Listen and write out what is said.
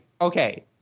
okay